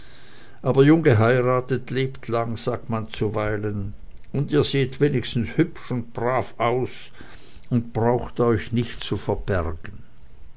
aber jung geheiratet lebt lang sagt man zuweilen und ihr seht wenigstens hübsch und brav aus und braucht euch nicht zu verbergen